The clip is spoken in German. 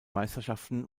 meisterschaften